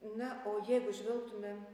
na o jeigu žvelgtume